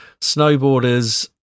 snowboarders